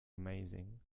amazing